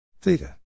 theta